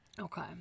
Okay